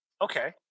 Okay